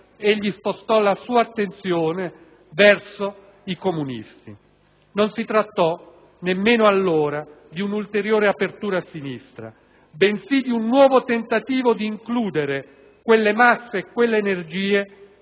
egli spostò la sua attenzione verso i comunisti. Non si trattò - nemmeno allora - di un'ulteriore apertura a sinistra, bensì di un nuovo tentativo di includere quelle masse e quelle energie